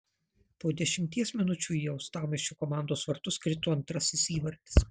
po dešimties minučių į uostamiesčio komandos vartus krito antrasis įvartis